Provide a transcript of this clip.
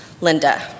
Linda